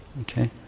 Okay